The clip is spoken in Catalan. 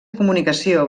comunicació